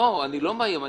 אני לא מאיים.